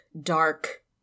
dark